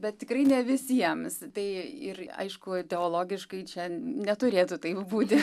bet tikrai ne visiems tai ir aišku ideologiškai čia neturėtų taip būti